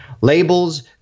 Labels